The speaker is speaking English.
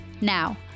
Now